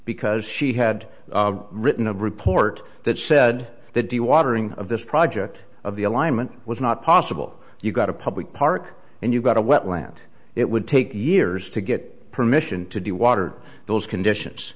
because she had written a report that said that the watering of this project of the alignment was not possible you got a public park and you got a wetland it would take years to get permission to do water those conditions